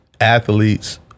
athletes